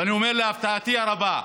ואני אומר להפתעתי הרבה,